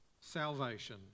salvation